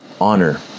honor